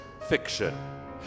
fiction